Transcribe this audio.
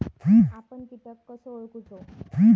आपन कीटक कसो ओळखूचो?